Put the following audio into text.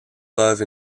love